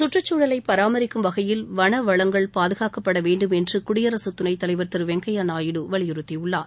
சுற்றுச் சூழலை பராமரிக்கும் வகையில் வன வளங்கள் பாதுகாக்கப்பட வேண்டும் என்று குடியரசுத் துணைத் தலைவர் திரு வெங்கய்யா நாயுடு வலியுறுத்தியுள்ளார்